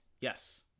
Yes